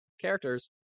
characters